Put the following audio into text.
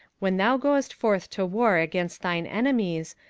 when thou goest forth to war against thine enemies,